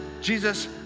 Jesus